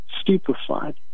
stupefied